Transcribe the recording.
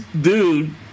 dude